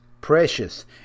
Precious